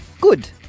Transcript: Good